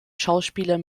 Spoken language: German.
schauspieler